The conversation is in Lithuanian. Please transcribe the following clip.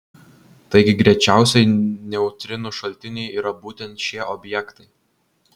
taigi greičiausiai neutrinų šaltiniai yra būtent šie objektai